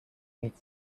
meet